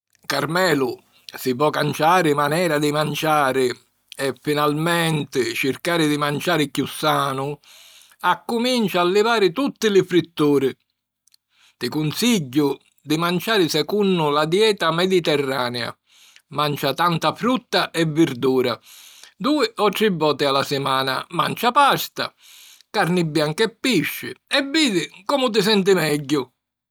Carmelu, si vo' canciari manera di manciari e, finalmenti, circari di manciari chiù sanu, accumincia a livari tutti li fritturi. Ti cunsigghiu di manciari secunnu la dieta mediterrania: mancia tanta frutta e virdura, dui o tri voti a la simana mancia pasta, carni bianca e pisci. E vidi comu ti senti megghiu!